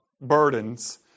burdens